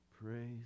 Praise